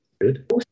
Good